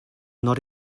not